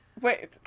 Wait